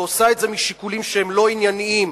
ועושה את זה משיקולים שהם לא ענייניים,